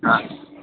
હ